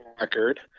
record